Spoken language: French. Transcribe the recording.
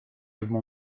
mon